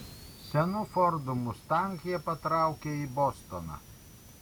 senu fordu mustang jie patraukė į bostoną